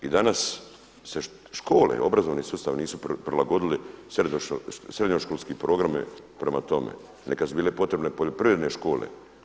I danas se škole, obrazovni sustav nisu prilagodili srednjoškolske programe, prema tome nekad su bile potrebne poljoprivredne škole.